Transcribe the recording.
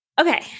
Okay